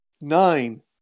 Nine